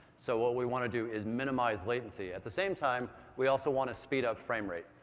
so what we want to do is minimize latency. at the same time we also want to speed up frame rate.